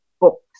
books